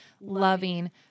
loving